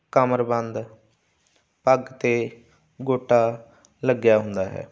ਕਮਰਬੰਦ ਪੱਗ 'ਤੇ ਗੋਟਾ ਲੱਗਿਆ ਹੁੰਦਾ ਹੈ